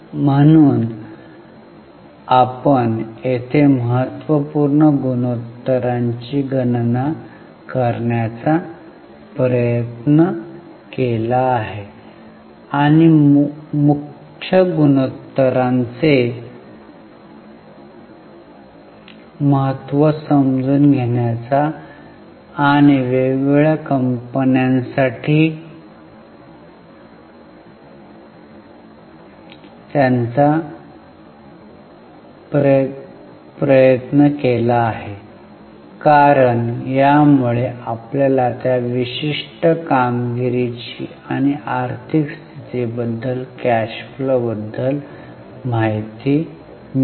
म्हणून आपण येथे महत्त्वपूर्ण गुणोत्तरांची गणना करण्याचा प्रयत्न केला आहे आणि मुख्य गुणोत्तरांचे महत्त्व समजून घेण्याचा आणि वेगवेगळ्या कंपन्यांसाठी त्यांचा प्रयत्न केला आहे कारण यामुळे आपल्याला त्या विशिष्ट कामगिरीची किंवा आर्थिक स्थिती बद्दल किंवा कॅश फ्लो बद्दल माहिती मिळेल